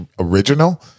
original